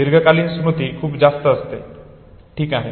दीर्घकालीन स्मृती खूप जास्त असते ठीक आहे